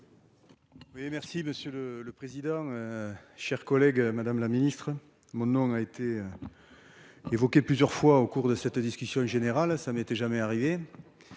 merci Monsieur le le président. Cher collègue, Madame la Ministre mon nom a été. Évoqué plusieurs fois au cours de cette discussion générale à ça m'était jamais arrivé.